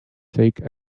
take